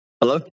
Hello